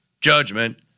Judgment